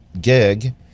gig